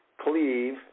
cleave